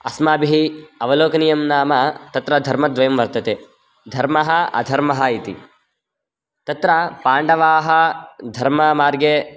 अस्माभिः अवलोकनीयं नाम तत्र धर्मद्वयं वर्तते धर्मः अधर्मः इति तत्र पाण्डवाः धर्ममार्गे